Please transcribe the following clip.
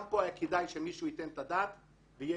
גם כאן היה כדאי שמישהו ייתן את הדעת ויהיה